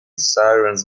sirens